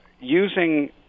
using